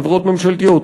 חברות ממשלתיות,